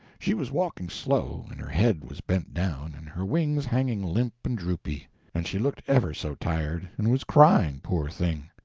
she was walking slow, and her head was bent down, and her wings hanging limp and droopy and she looked ever so tired, and was crying, poor thing!